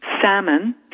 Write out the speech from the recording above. salmon